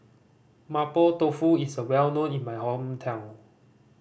Mapo Tofu is well known in my hometown